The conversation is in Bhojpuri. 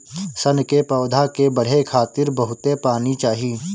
सन के पौधा के बढ़े खातिर बहुत पानी चाही